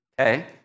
Okay